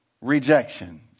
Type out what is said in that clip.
rejection